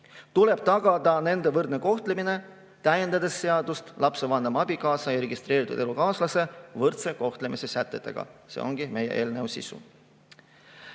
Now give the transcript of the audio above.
Tuleb tagada nende võrdne kohtlemine, täiendades seadust lapse vanema abikaasa ja registreeritud elukaaslase võrdse kohtlemise sätetega. See ongi meie eelnõu sisu.